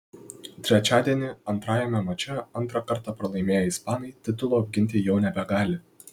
trečiadienį antrajame mače antrą kartą pralaimėję ispanai titulo apginti jau nebegali